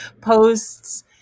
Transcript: posts